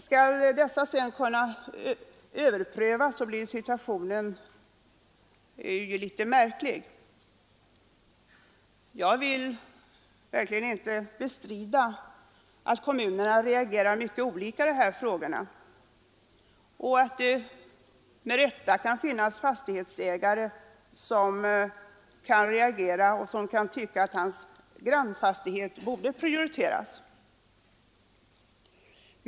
Skall dessa sedan kunna överklagas blir situationen något märklig. Jag vill verkligen inte bestrida att kommunerna reagerar mycket olika i dessa frågor och att det kan finnas fastighetsägare som med rätta tycker att deras grannfastighet borde prioriteras.